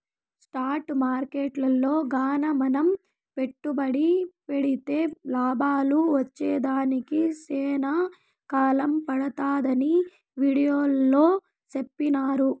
stock మార్కెట్టులో గాన మనం పెట్టుబడి పెడితే లాభాలు వచ్చేదానికి సేనా కాలం పడతాదని వీడియోలో సెప్పినారు